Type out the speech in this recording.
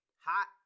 hot